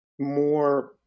more